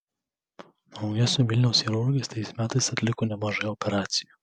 drauge su vilniaus chirurgais tais metais atliko nemažai operacijų